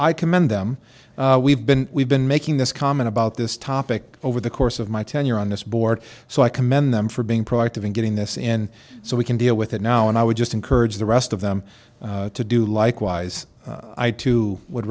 i commend them we've been we've been making this comment about this topic over the course of my tenure on this board so i commend them for being proactive in getting this in so we can deal with it now and i would just encourage the rest of them to do likewise i too would